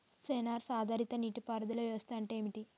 Censor ఆధారిత నీటి పారుదల వ్యవస్థ అంటే ఏమిటి?